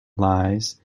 lies